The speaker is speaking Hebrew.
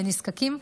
לנזקקים,